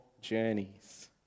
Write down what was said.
journeys